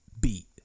beat